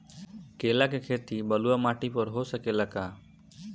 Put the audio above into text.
केला के खेती बलुआ माटी पर हो सकेला का?